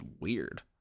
weird